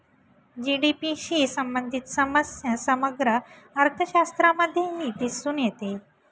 GDP शी संबंधित समस्या समग्र अर्थशास्त्रामध्येही दिसून येते